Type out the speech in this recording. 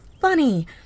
funny